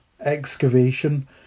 excavation